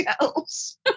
else